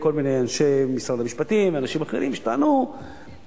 מיני אנשי משרד המשפטים ואנשים אחרים: לא.